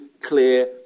clear